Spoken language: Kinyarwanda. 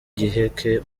giheke